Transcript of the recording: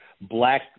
black